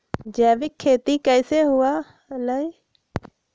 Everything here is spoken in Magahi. जैविक खेती कैसे हुआ लाई?